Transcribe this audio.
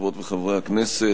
חברות וחברי הכנסת,